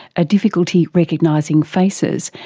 a difficulty recognising faces,